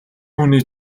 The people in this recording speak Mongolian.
хүний